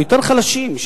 החלשים יותר,